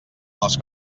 les